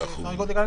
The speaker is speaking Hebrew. הבנתי.